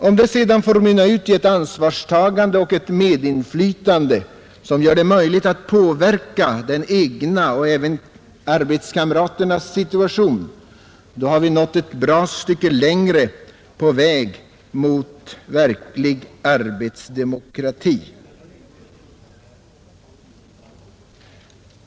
Om det sedan får mynna ut i ett ansvarstagande och i ett medinflytande som gör det möjligt att påverka den egna och även kamraternas arbetssituation, då har vi nått ett bra stycke längre på vägen mot verklig arbetsdemokrati.